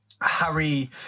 Harry